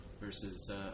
versus